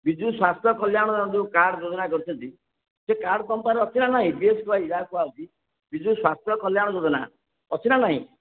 ବିଜୁ ସ୍ୱାସ୍ଥ୍ୟ କଲ୍ୟାଣ ଯେଉଁ କାର୍ଡ଼ ଯୋଜନା କରିଛନ୍ତି ସେ କାର୍ଡ଼ ତୁମ ପାଖରେ ଅଛି ନା ନାଇ ବି ଏସ୍ କେ ଓ୍ୱାଇ ଯାହାକୁ କୁହା ହେଉଛି ବିଜୁ ସ୍ୱାସ୍ଥ୍ୟ କଲ୍ୟାଣ ଯୋଜନା ଅଛି ନା ନାଇଁ